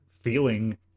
feeling